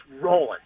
rolling